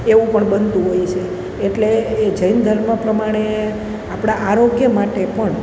એવું પણ બનતું હોય છે એટલે એ જૈન ધર્મ પ્રમાણે આપણાં આરોગ્ય માટે પણ